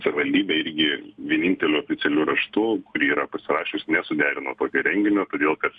savivaldybė irgi vieninteliu oficialiu raštu yra pasirašius nesuderino renginio todėl kad